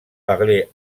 parler